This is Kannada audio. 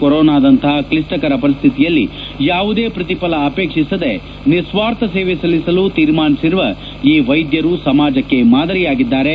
ಕೊರೊನಾನಂತಪ ಕ್ಷಿಪ್ಸಕರ ಪರಿಸ್ತಿತಿಯಲ್ಲಿ ಯಾವುದೇ ಪ್ರತಿಫಲ ಆಹೇಕ್ಷಿಸದೆ ನಿಸ್ನಾರ್ಥ ಸೇವೆ ಸಲ್ಲಿಸಲು ತೀರ್ಮಾನಿಸಿರುವ ಈ ವೈದ್ಧರು ಸಮಾಜಕ್ಕೆ ಮಾದರಿಯಾಗಿದ್ದಾರೆ